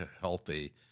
healthy